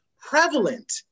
prevalent